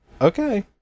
Okay